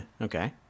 okay